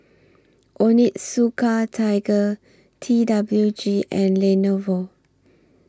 Onitsuka Tiger T W G and Lenovo